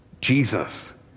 Jesus